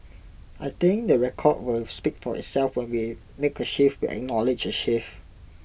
I think the record will speak for itself when we make A shift we acknowledge A shift